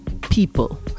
people